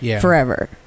forever